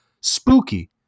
spooky